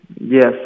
Yes